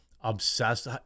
obsessed